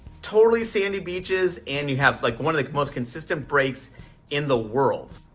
totally sandy beaches. and you have like one of the most consistent breaks in the world.